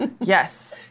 Yes